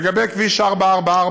לגבי כביש 444,